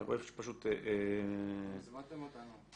הזמנתם אותנו.